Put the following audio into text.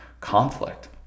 conflict